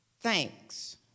Thanks